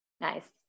Nice